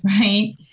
right